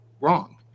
wrong